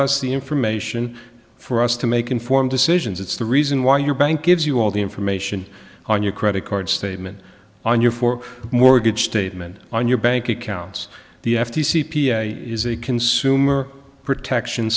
us the information for us to make informed decisions it's the reason why your bank gives you all the information on your credit card statement on your four mortgage statement on your bank accounts the f t c is a consumer protection